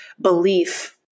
belief